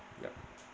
yup